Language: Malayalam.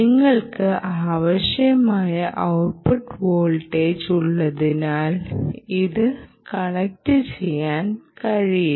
നിങ്ങൾക്ക് ആവശ്യമായ ഔട്ട്പുട്ട് വോൾട്ടേജ് ഉള്ളതിനാൽ ഇത് കണക്റ്റുചെയ്യാൻ കഴിയില്ല